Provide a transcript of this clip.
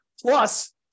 Plus